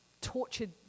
Tortured